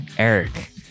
eric